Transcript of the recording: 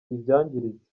ibyangiritse